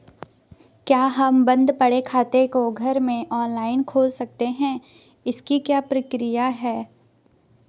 क्या हम बन्द पड़े खाते को घर में ऑनलाइन खोल सकते हैं इसकी क्या प्रक्रिया है?